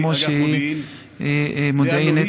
כמו שהיא מודיעינית,